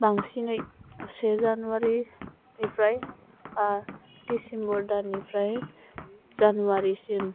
बांसिनै से जानुवारिफ्राय बा डिसेम्बर दाननिफ्राय जानुवारिनि सिम